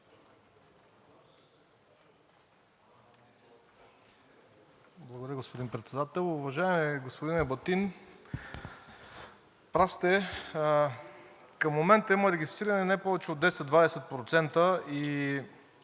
Благодаря, господин Председател. Уважаеми господин Ебатин, прав сте, към момента има регистрирани не повече от 10 – 20%